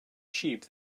sheep